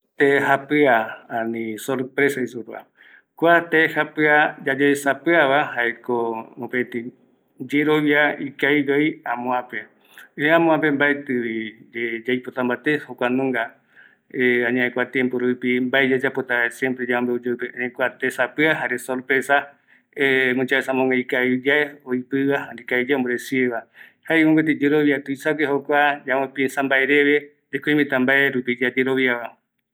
Amovecepe guïramɨipeguaiño mbaetɨ etei yae yayemongueta ñaiyae guɨramɨipeguaiño mbae oyekua yande jare ñanemopɨakañɨiño jokua oikoviko yande ndie, jaeñomai oime mbae yave jaema guɨramɨipeguaiño yaesa yave mbae jaema ou yande maendua ñai ou guɨiramɨipeguaiño oyakua yande jokope guɨiramɨipeguaiño